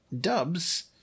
dubs